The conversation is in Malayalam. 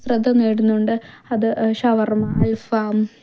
ശ്രദ്ധ നേടുന്നുണ്ട് അത് ഷവർമ അൽഫാം